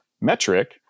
metric